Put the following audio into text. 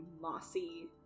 mossy